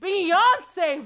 Beyonce